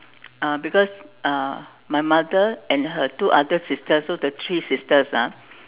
uh because uh my mother and her two other sisters so the three sisters ah